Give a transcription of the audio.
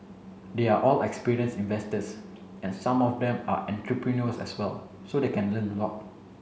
they are all experienced investors and some of them are entrepreneurs as well so they can learn a lot